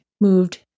moved